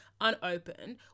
unopened